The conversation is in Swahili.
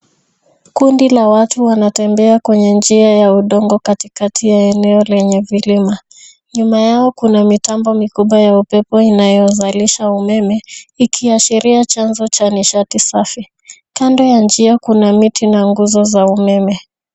Kundi la watu wanatembea kwenye njia ya udongo katikati ya eneo lenye vilima. Nyuma yao kuna mitambo mikubwa ya upepo inayozalisha umeme, ikiashiria chanzo cha nishati safi. Kando ya njia kuna miti na nguzo za umeme.